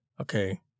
Okay